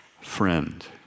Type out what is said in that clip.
friend